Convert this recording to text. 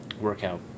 workout